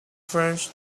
french